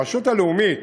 הרשות הלאומית,